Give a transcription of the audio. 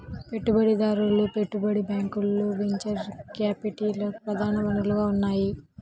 పెట్టుబడిదారులు, పెట్టుబడి బ్యాంకులు వెంచర్ క్యాపిటల్కి ప్రధాన వనరుగా ఉన్నాయి